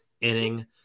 inning